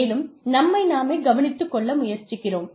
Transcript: மேலும் நம்மை நாமே கவனித்து கொள்ள முயற்சிக்கிறோம்